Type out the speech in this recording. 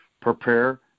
prepare